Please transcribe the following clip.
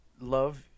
love